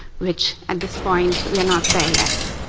which, at this point, we're not there yet.